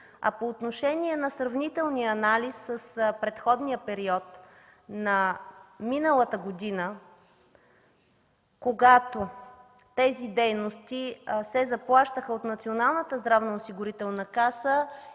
А по отношение на сравнителния анализ с предходния период на миналата година, когато тези дейности се заплащаха от Националната здравноосигурителна каса